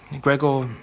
Gregor